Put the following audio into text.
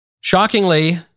shockingly